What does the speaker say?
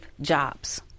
jobs